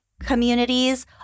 communities